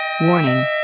Warning